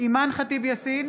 אימאן ח'טיב יאסין,